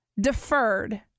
deferred